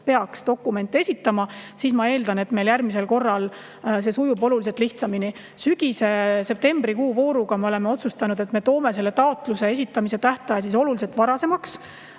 peaks dokumente esitama, siis ma eeldan, et meil järgmisel korral see sujub oluliselt lihtsamini. Sügisese septembrikuu vooru puhul me oleme otsustanud, et me toome taotluste esitamise tähtaja oluliselt varasemaks.